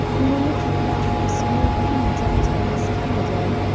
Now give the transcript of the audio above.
we were looking about for a small pin dropped by miss camerden.